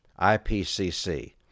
ipcc